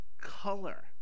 color